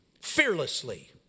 Fearlessly